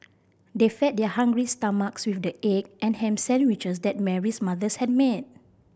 they fed their hungry stomachs with the egg and ham sandwiches that Mary's mothers had made